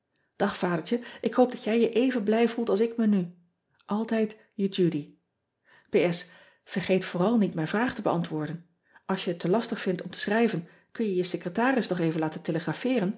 ag adertje ik hoop dat jij je even blij voelt als ik me nu ltijd e udy ergeet vooral niet mijn vraag te beantwoorden ls je het te lastig vindt om te schrijven kun je je secretaris toch even laten